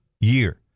year